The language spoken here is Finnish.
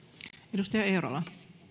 arvoisa